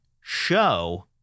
show